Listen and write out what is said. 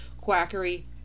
quackery